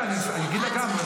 אני רוצה להגיד לך משהו,